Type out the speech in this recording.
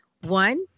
one